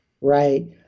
right